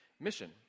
mission